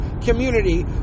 community